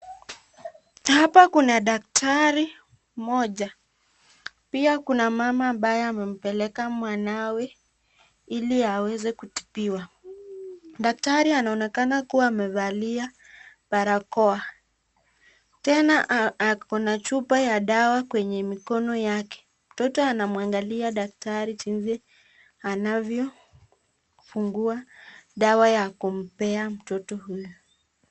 Hapa kuna daktari mmoja pia kuna mama ambaye amempeleka mwanawe ili aweze kutibiwa. Daktari anaonekana kuwa amevalia barakoa tena ako na chupa ya dawa kwenye mikono yake. Mtotoa anamwangalia daktari jinsi anavyofungua dawa ya kumpea ,mtoto huyu.